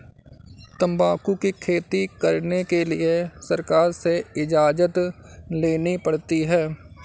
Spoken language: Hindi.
तंबाकू की खेती करने के लिए सरकार से इजाजत लेनी पड़ती है